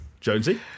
Jonesy